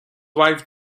wife